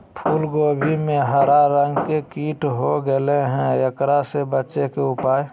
फूल कोबी में हरा रंग के कीट हो गेलै हैं, एकरा से बचे के उपाय?